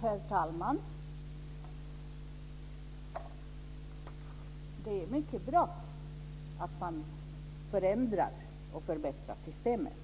Herr talman! Det är mycket bra att man förändrar och förbättrar systemet.